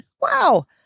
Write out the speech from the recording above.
Wow